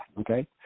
Okay